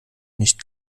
nicht